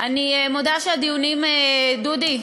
אני מודה שהדיונים, דודי,